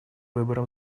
выборам